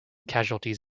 casualties